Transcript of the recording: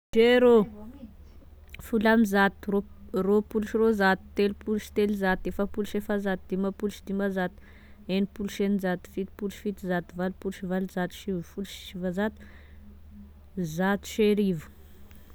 Zero, folo ambizato, roapo- roapolo sy roanjato, telopolo sy telozato, efapolo sy efazato, dimampolo sy dimanzato, enimpolo sy eninjato, fitopolo sy fitonjato, valopolo sy valonzato, sivifolo sy sivanjato, zato sy arivo